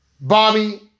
Bobby